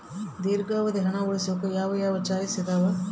ದೇರ್ಘಾವಧಿ ಹಣ ಉಳಿಸೋಕೆ ಯಾವ ಯಾವ ಚಾಯ್ಸ್ ಇದಾವ?